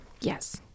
yes